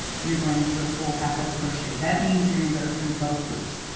you're going to do a full half double crochet. that means you're going to go through both loops.